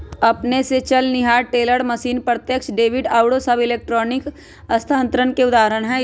अपने स चलनिहार टेलर मशीन, प्रत्यक्ष डेबिट आउरो सभ इलेक्ट्रॉनिक स्थानान्तरण के उदाहरण हइ